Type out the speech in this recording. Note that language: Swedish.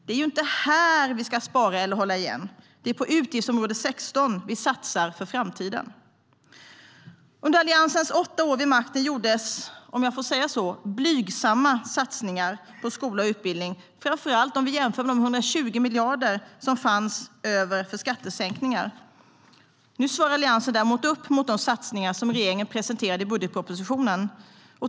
Det är inte här vi ska spara eller hålla igen. Det är i utgiftsområde 16 vi satsar för framtiden. STYLEREF Kantrubrik \* MERGEFORMAT Utbildning och universitetsforskningNu svarar Alliansen däremot upp mot de satsningar som regeringen presenterade i budgetpropositionen.